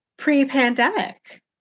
Pre-pandemic